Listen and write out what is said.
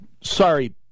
sorry